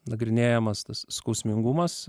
nagrinėjamas tas skausmingumas